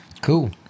Cool